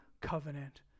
Covenant